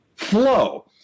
flow